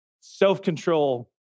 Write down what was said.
self-control